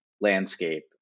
landscape